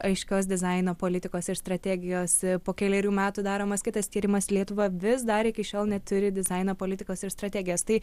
aiškios dizaino politikos ir strategijos po kelerių metų daromas kitas tyrimas lietuva vis dar iki šiol neturi dizaino politikos ir strategijos tai